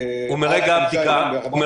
חמישה ימים --- ומרגע הבדיקה?